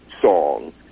song